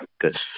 Good